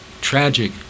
tragic